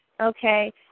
okay